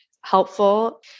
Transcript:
helpful